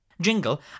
Jingle